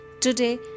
Today